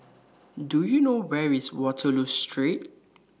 Do YOU know Where IS Waterloo Street